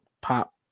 pop